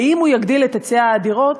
האם הוא יגדיל את היצע הדירות?